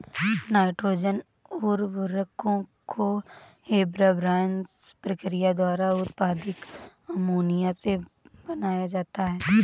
nitrogen उर्वरकों को Haber Bosch प्रक्रिया द्वारा उत्पादित अमोनिया से बनाया जाता है